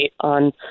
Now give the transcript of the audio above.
on